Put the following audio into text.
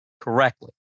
correctly